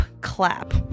clap